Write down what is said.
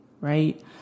right